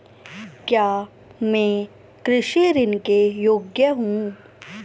क्या मैं कृषि ऋण के योग्य हूँ?